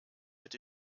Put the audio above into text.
mit